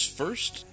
first